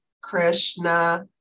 Krishna